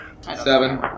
Seven